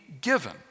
given